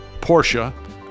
Porsche